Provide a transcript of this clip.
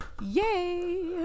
Yay